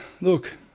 Look